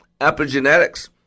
Epigenetics